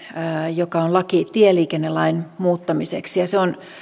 joka on laki tieliikennelain muuttamiseksi ja se on